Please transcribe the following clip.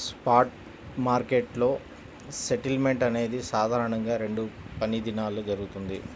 spot మార్కెట్లో settlement అనేది సాధారణంగా రెండు పనిదినాల్లో జరుగుతది,